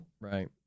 Right